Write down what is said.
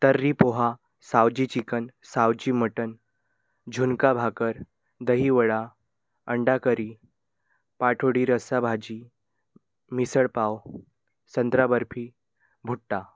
तर्री poha Saoji chicken Saoji mutton zunka bhakar dahi vada अंडा curry पाटवडी रस्साभाजी मिसळपाव संत्रा बर्फी भुट्टा